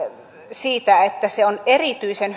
siitä että se on erityisen